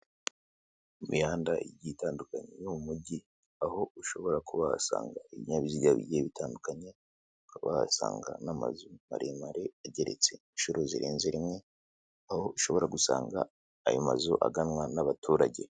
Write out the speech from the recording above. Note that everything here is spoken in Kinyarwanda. Imihanda igiye itandukanye yo mu mujyi aho ushobora kuba wasanga ibinyabiziga bigiye bitandukanye ukaba wahasanga n'amazu maremare ageretse inshuro zirenze rimwe aho ushobora gusanga ayo mazu aganwa n'abaturage.